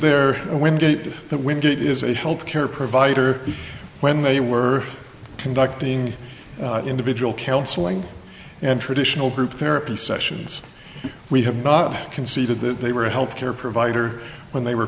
there when did that wind it is a health care provider when they were conducting individual counseling and traditional group therapy sessions we have but conceded that they were a health care provider when they were